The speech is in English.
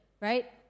right